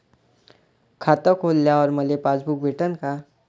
खातं खोलल्यावर मले पासबुक भेटन का?